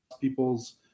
people's